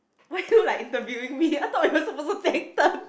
why you like interviewing I thought we suppose to take turns